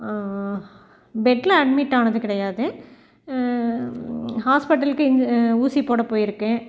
பெட்டில் அட்மிட் ஆனது கிடையாது ஹாஸ்பிட்டலுக்கு இங் ஊசி போட போயிருக்கேன்